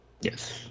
Yes